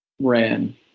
ran